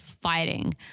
fighting